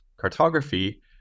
cartography